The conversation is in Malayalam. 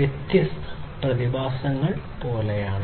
വ്യത്യസ്ത പ്രതിഭാസങ്ങൾ പോലെയാണ്